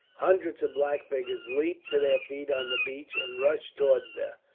hundreds of black figures leaped to their feet on the beach, and rushed towards the,